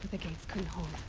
the gates couldn't hold.